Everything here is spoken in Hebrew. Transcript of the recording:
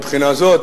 מבחינה זאת,